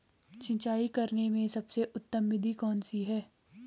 सिंचाई करने में सबसे उत्तम विधि कौन सी है?